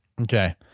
Okay